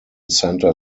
center